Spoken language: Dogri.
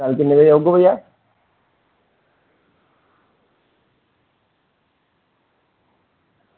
कल्ल किन्ने बजे औगे भइया